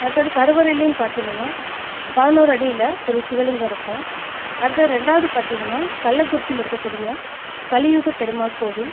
அடுத்தது கருவறைலையும் பார்த்தீங்கன்னா பதினோரு அடியில் ஒரு சிவலிங்கம் இருக்கும் அடுத்தது இரண்டாவது பார்த்தீங்கன்னா கள்ளக்குறிச்சியில் இருக்கக்கூடிய கலியுகப் பெருமாள் கோவில்